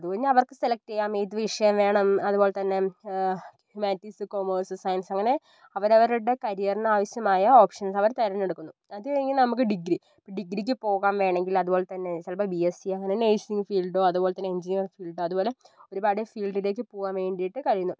അത് പിന്നെ അവർക്ക് സെലക്ട് ചെയ്യാം ഏത് വിഷയം വേണം അതുപോലെ തന്നെ ഹുമാനിറ്റീസ് കൊമേഴ്സ് സയൻസ് അങ്ങനെ അവരവരുടെ കരിയറിന് ആവശ്യമായ ഓപ്ഷൻസ് അവർ തിരഞ്ഞെടുക്കുന്നു അതുകഴിഞ്ഞ് നമുക്ക് ഡിഗ്രി ഡിഗ്രിക്ക് പോകാൻ വേണങ്കിൽ അതുപോൽ തന്നെ ചിലപ്പോൾ ബി എസ് സി അങ്ങനെ നേഴ്സിങ് ഫീൽഡ് അതുപോലെ തന്നെ എൻജിനീയറിങ് ഫീൽഡ് അതുപോലെ ഒരുപാട് ഫീൽഡിലേക്ക് പോകാൻ വേണ്ടിയിട്ട് കഴിയുന്നു